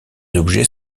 objets